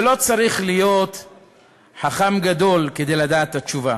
ולא צריך להיות חכם גדול כדי לדעת את התשובה,